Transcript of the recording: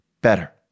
better